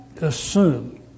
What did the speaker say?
assume